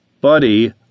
Buddy